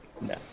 No